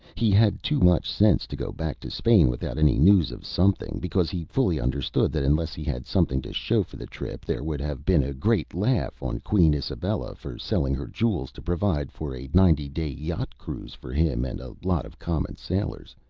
he had too much sense to go back to spain without any news of something, because he fully understood that unless he had something to show for the trip, there would have been a great laugh on queen isabella for selling her jewels to provide for a ninety-day yacht cruise for him and a lot of common sailors,